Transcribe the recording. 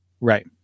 right